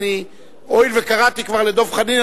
הואיל וקראתי כבר לדב חנין,